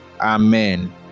Amen